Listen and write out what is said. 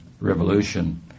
revolution